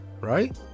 right